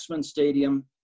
Stadium